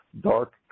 dark